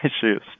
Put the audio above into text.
shoes